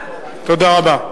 תודה רבה.